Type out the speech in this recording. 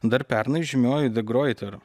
dar pernai žymioji degroiter